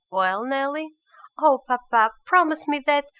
well, nelly oh, papa, promise me that,